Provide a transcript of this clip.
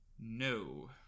No